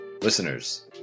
Listeners